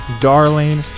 Darling